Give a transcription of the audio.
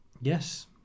yes